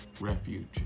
Refuge